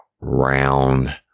round